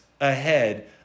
ahead